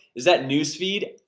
is that newsfeed?